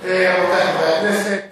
רבותי חברי הכנסת,